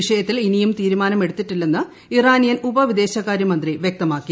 വിഷയത്തിൽ ഇനിയും തീരുമാനമെടുത്തിട്ടില്ലെന്ന് ഇറാനിയൻ ഉപവിദേശകാര്യമന്ത്രി വ്യക്തമാക്കി